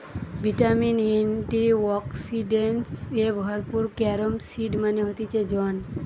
vitamin, antioxidants এ ভরপুর carom seed মানে হতিছে জোয়ান